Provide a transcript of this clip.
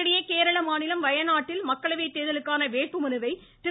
இதனிடையே கேரள மாநிலம் வயநாட்டில் மக்களவைத் தேர்தலுக்கான வேட்புமனுவை திரு